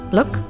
Look